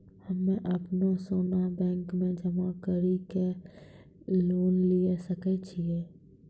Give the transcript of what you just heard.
हम्मय अपनो सोना बैंक मे जमा कड़ी के लोन लिये सकय छियै?